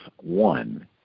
one